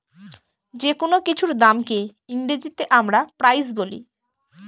যেকোনো কিছুর দামকে ইংরেজিতে আমরা প্রাইস বলি